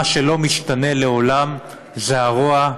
מה שלא משתנה לעולם זה הרוע,